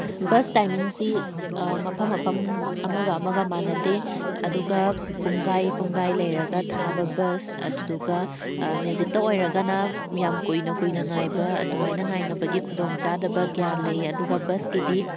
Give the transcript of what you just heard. bus ꯇꯥꯏꯃꯤꯡꯁꯤ ꯃꯐꯝ ꯃꯐꯝ ꯑꯃꯒ ꯑꯃꯒ ꯃꯥꯟꯅꯗꯦ ꯑꯗꯨꯒ ꯄꯨꯡꯈꯥꯏ ꯄꯨꯡꯈꯥꯏ ꯂꯩꯔꯒ ꯊꯥꯕ ꯕꯁ ꯑꯗꯨꯗꯨꯒ ꯃꯦꯖꯤꯛꯇ ꯑꯣꯏꯔꯒꯅ ꯌꯥꯝ ꯀꯨꯏꯅ ꯀꯨꯏꯅ ꯉꯥꯏꯕ ꯑꯗꯨꯃꯥꯏꯅ ꯉꯥꯏꯅꯕꯒꯤ ꯈꯨꯗꯣꯡꯆꯥꯗꯕ ꯀꯌꯥ ꯂꯩ ꯑꯗꯨꯒ ꯕꯁꯀꯤꯗꯤ